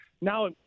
Now